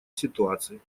ситуации